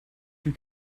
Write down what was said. die